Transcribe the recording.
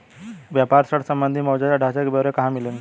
व्यापार ऋण संबंधी मौजूदा ढांचे के ब्यौरे कहाँ मिलेंगे?